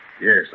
Yes